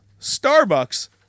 Starbucks